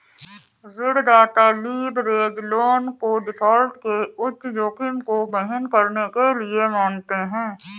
ऋणदाता leverage loan को default के उच्च जोखिम को वहन करने के लिए मानते हैं